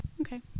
Okay